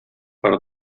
per